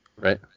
right